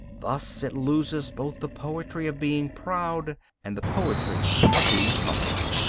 thus it loses both the poetry of being proud and the poetry of being humble.